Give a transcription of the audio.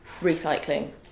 recycling